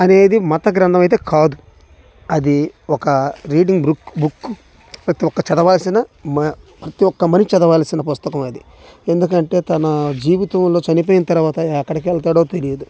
అనేది మత గ్రంధం అయితే కాదు అది ఒక రీడింగ్ బుక్ బుక్కు ప్రతీ ఒక్క చదవాల్సిన మా ప్రతి ఒక్క మనిషి చదవాల్సిన పుస్తకం అది ఎందుకంటే తన జీవితంలో చనిపోయిన తర్వాత ఎక్కడికెళ్తాడో తెలియదు